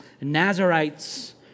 Nazarites